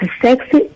sexy